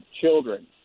children